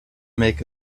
make